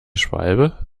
schwalbe